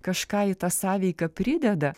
kažką į tą sąveiką prideda